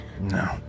No